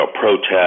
protest